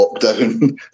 lockdown